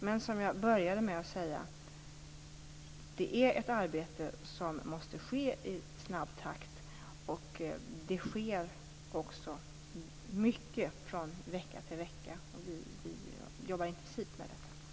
Men som jag började med att säga är det ett arbete som måste ske i snabb takt, och det sker också mycket från vecka till vecka. Vi jobbar intensivt med detta.